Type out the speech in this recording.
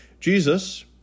Jesus